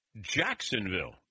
Jacksonville